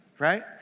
Right